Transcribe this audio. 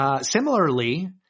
Similarly